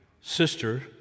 sister